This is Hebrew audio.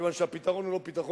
כיוון שהפתרון הוא לא פתרון,